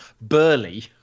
Burly